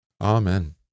Amen